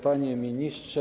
Panie Ministrze!